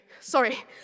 sorry